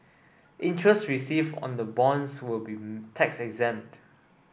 interest received on the bonds will be tax exempt